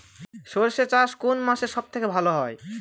সর্ষে চাষ কোন মাসে সব থেকে ভালো হয়?